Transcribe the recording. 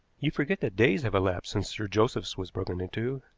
you forget that days have elapsed since sir joseph's was broken into.